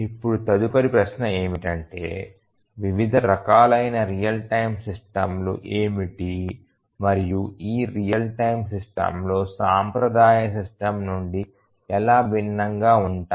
ఇప్పుడు తదుపరి ప్రశ్న ఏమిటంటే వివిధ రకాలైన రియల్ టైమ్ సిస్టమ్ లు ఏమిటి మరియు ఈ రియల్ టైమ్ సిస్టమ్ లు సాంప్రదాయ సిస్టమ్ నుండి ఎలా భిన్నంగా ఉంటాయి